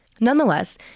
Nonetheless